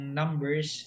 numbers